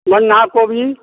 बन्धा कोबी